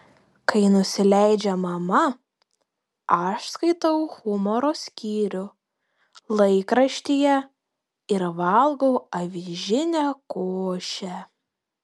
kai nusileidžia mama aš skaitau humoro skyrių laikraštyje ir valgau avižinę košę